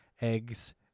eggs